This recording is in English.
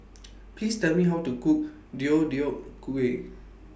Please Tell Me How to Cook Deodeok Gui